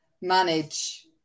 manage